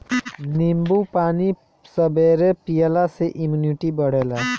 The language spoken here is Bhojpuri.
नींबू पानी सबेरे पियला से इमुनिटी बढ़ेला